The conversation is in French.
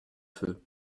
feu